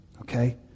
Okay